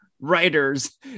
writers